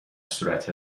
صورت